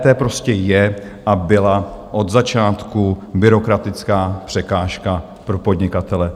EET prostě je a byla od začátku byrokratická překážka pro podnikatele.